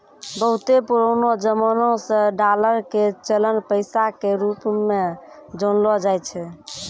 बहुते पुरानो जमाना से डालर के चलन पैसा के रुप मे जानलो जाय छै